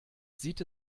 sieht